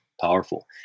powerful